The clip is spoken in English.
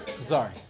Sorry